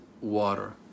water